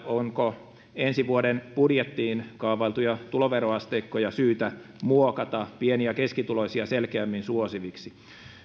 onko ensi vuoden budjettiin kaavailtuja tuloveroasteikkoja syytä muokata pieni ja keskituloisia selkeämmin suosiviksi